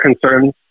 concerns